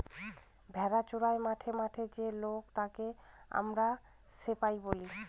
ভেড়া চোরাই মাঠে মাঠে যে লোক তাকে আমরা শেপার্ড বলি